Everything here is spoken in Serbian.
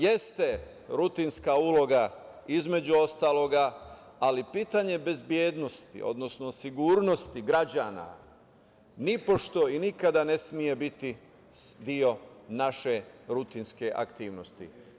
Jeste rutinska uloga, između ostalog, ali pitanje bezbednosti, odnosno sigurnosti građana nipošto i nikada ne sme biti deo naše rutinske aktivnosti.